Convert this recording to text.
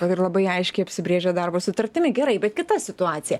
ir labai aiškiai apsibrėžė darbo sutartimi gerai bet kita situacija